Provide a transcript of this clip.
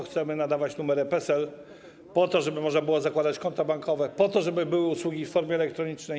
Chcemy nadawać numery PESEL po to, żeby można było zakładać konta bankowe, po to, żeby były usługi w formie elektronicznej.